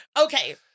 Okay